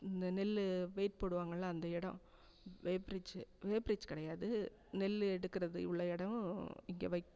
நெ நெல் வெயிட் போடுவாங்கள்லே அந்த இடம் வே ப்ரிட்ச் வே ப்ரிட்ச் கிடையாது நெல் எடுக்கிறது இவ்வளோ இடம் இங்கே வக்